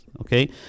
okay